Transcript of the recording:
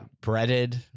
breaded